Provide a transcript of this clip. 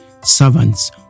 Servants